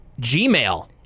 Gmail